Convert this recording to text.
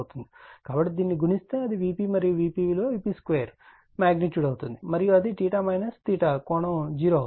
కాబట్టి దీనిని గుణిస్తే అది Vp మరియు Vp విలువ Vp2 మాగ్నిట్యూడ్ అవుతుంది మరియు అది కోణం 0 అవుతుంది